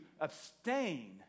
abstain